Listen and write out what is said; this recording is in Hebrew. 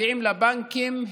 מגיעים לבנקים,